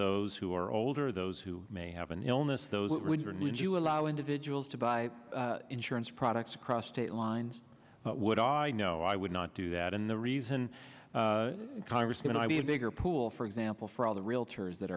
those who are older those who may have an illness those when you allow individuals to buy insurance products across state lines would i know i would not do that and the reason congressman i'd be a bigger pool for example for all the realtors that